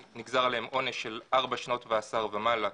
עליהם עונש של ארבע שנות מאסר ומעלה,